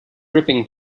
ripping